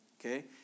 okay